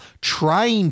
trying